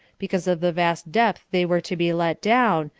because of the vast depth they were to be let down,